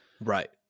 Right